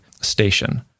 station